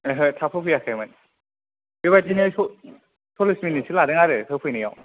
ओहो थाब होफैयाखैमोन बेबायदिनो सललिस मिनिटसो लादों आरो होफैनायाव